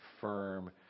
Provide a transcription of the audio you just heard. firm